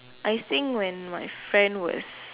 I think when my friend was